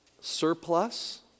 surplus